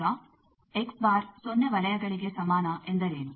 ಈಗ ಸೊನ್ನೆ ವಲಯಗಳಿಗೆ ಸಮಾನ ಎಂದರೇನು